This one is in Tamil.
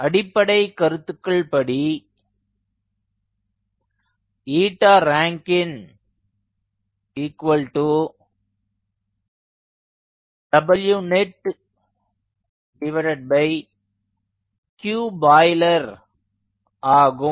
அடிப்படை கருத்துக்கள் படி 𝜂𝑅𝑎𝑛𝑘𝑖𝑛𝑒 WnetQBoiler ஆகும்